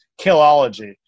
killology